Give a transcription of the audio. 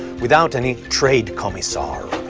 without any trade commissar,